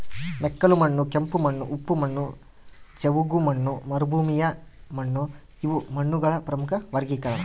ಮೆಕ್ಕಲುಮಣ್ಣು ಕೆಂಪುಮಣ್ಣು ಉಪ್ಪು ಮಣ್ಣು ಜವುಗುಮಣ್ಣು ಮರುಭೂಮಿಮಣ್ಣುಇವು ಮಣ್ಣುಗಳ ಪ್ರಮುಖ ವರ್ಗೀಕರಣ